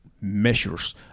measures